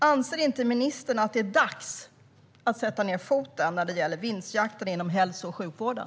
Anser inte ministern att det är dags att sätta ned foten när det gäller vinstjakten inom hälso och sjukvården?